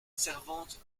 servante